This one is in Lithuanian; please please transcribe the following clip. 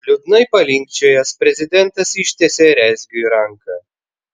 liūdnai palinkčiojęs prezidentas ištiesė rezgiui ranką